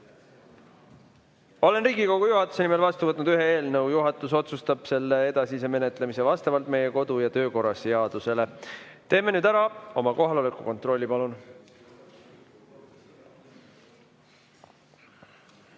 Olen Riigikogu juhatuse nimel vastu võtnud ühe eelnõu. Juhatus otsustab selle edasise menetlemise vastavalt meie kodu‑ ja töökorra seadusele. Teeme nüüd ära oma kohaloleku kontrolli, palun!